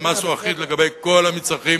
והמס הוא אחיד לגבי כל המצרכים